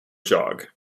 jog